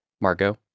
Margot